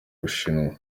bushinwa